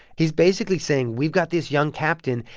he's basically saying, we've got this young captain,